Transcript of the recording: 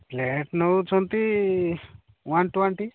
plate ନଉଛନ୍ତି one twenty